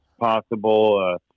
possible